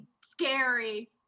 scary